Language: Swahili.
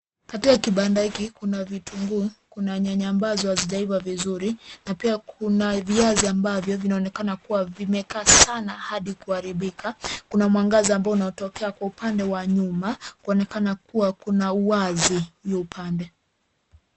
Katika kibanda hiki kuna vitunguu, kuna nyanya ambazo hazijaiva vizuri, na pia kuna viazi ambavyo vinaonekana kuwa vimekaa sana hadi kuharibika. Kuna mwangaza ambao unaotokea kwa upande wa nyuma, kuonekana kuwa kuna uwazi yu upande.